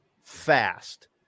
fast